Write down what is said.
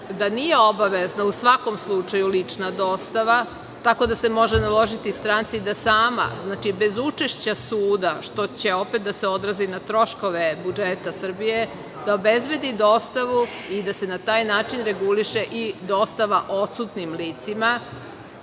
da nije obavezna u svakom slučaju lična dostava, tako da se može naložiti stranci da sama, znači bez učešća suda, što će opet da se odrazi na troškove budžeta Srbije, da obezbedi dostavu i da se na taj način reguliše i dostava odsutnim licima,